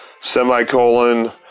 semicolon